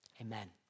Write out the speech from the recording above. Amen